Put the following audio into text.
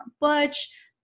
butch